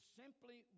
simply